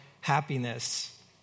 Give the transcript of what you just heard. happiness